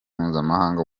mpuzamahanga